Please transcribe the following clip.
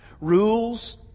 Rules